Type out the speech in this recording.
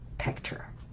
picture